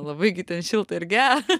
labai gi ten šilta ir gera